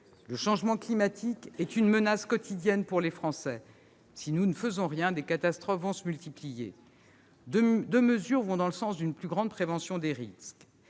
Le changement climatique est une menace quotidienne pour les Français. Si nous ne faisons rien, ces catastrophes vont se multiplier. Deux mesures vont dans le sens d'une plus grande prévention des risques.